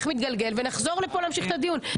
איך מתגלגל ונחזור לפה להמשיך את הדיון.